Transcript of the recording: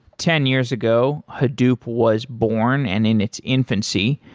ten years ago, hadoop was born and in its infancy,